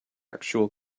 actual